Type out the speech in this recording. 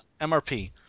MRP